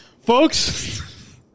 Folks